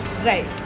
Right